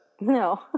No